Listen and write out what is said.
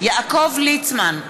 יעקב ליצמן,